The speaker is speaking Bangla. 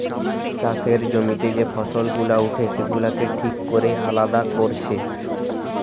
চাষের জমিতে যে ফসল গুলা উঠে সেগুলাকে ঠিক কোরে আলাদা কোরছে